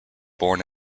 born